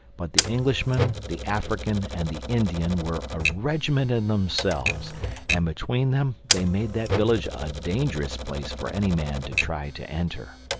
but the englishman, the african and the indian were a regiment in themselves and between them they made that village a dangerous place for any man to try to enter.